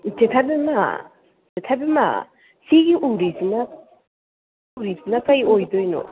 ꯏꯆꯦ ꯊꯥꯏꯕꯦꯝꯃ ꯏꯆꯦ ꯊꯥꯏꯕꯦꯝꯃ ꯁꯤꯒꯤ ꯎꯔꯤꯁꯤꯅ ꯎꯔꯤꯁꯤꯅ ꯀꯩ ꯑꯣꯏꯗꯣꯏꯅꯣ